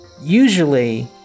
Usually